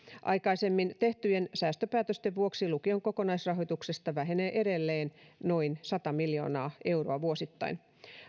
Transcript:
aikaisemmin tehtyjen säästöpäätösten vuoksi lukion kokonaisrahoituksesta vähenee edelleen noin sata miljoonaa euroa vuosittain